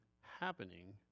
happening